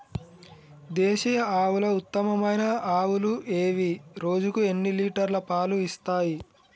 దేశీయ ఆవుల ఉత్తమమైన ఆవులు ఏవి? రోజుకు ఎన్ని లీటర్ల పాలు ఇస్తాయి?